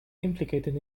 implicated